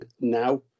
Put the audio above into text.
now